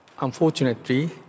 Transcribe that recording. unfortunately